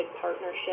partnership